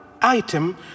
item